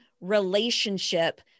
relationship